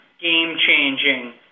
game-changing